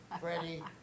Freddie